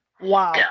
wow